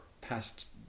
past